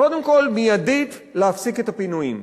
קודם כול, מיידית, להפסיק את הפינויים.